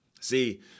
See